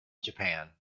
japan